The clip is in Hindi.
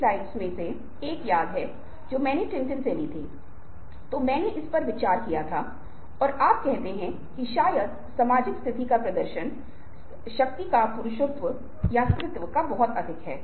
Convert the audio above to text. सामाजिक प्रमाण इस बात के बारे में है कि आपकी स्थिति कितनी प्रामाणिक है आपकी प्रेरक रणनीति कितनी प्रामाणिक लगती है दूसरे व्यक्ति को बताने के लिए आप जो भी प्रयास कर रहे हैं वह कितना प्रामाणिक है